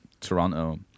Toronto